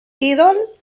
idol